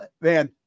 man